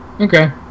Okay